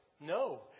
No